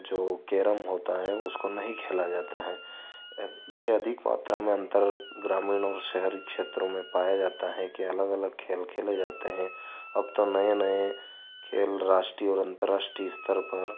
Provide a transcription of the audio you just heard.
जो केरम होता है उसको नहीं खेला जाता है ये अधिक मात्रा में अंतर ग्रामीण और शहरी क्षेत्रों में पाया जाता है के अलग अलग खेल खेले जाते हैं अब तो नए नए खेल राष्ट्रीय अंतर्राष्ट्रीय स्तर पर